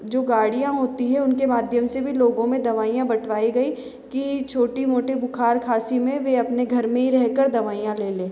जो गाड़ियाँ होती हैं उनके माध्यम से भी लोगों में दवाईयाँ बटवाई गई कि छोटी मोटी बुखार खाँसी में वे अपने घर में ही रह कर दवाईयाँ ले लें